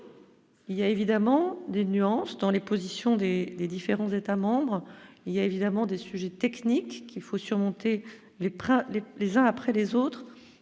Il y a évidemment des nuances, tant les positions des différents États-membres, il y a évidemment des sujets techniques qu'il faut surmonter les Pras les les